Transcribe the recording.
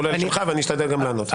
כולל שלך ואני גם אשתדל לענות.